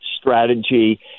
strategy